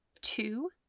Two